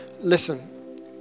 Listen